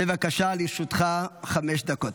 בבקשה, לרשותך חמש דקות.